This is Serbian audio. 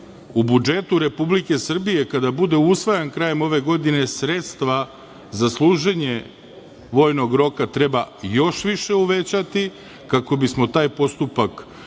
u budžetu Republike Srbije, kada bude usvajan krajem ove godine, sredstva za služenje vojnog roka još više uvećati, kako bismo taj postupak mogli